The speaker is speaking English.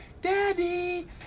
daddy